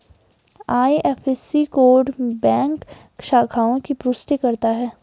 IFSC code bank शाखाओं की पुष्टि करता है